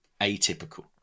atypical